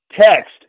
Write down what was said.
text